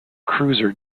cruiser